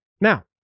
Now